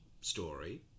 story